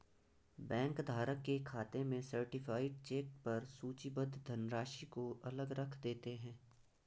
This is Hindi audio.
बैंक धारक के खाते में सर्टीफाइड चेक पर सूचीबद्ध धनराशि को अलग रख देते हैं